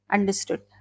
Understood